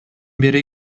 бери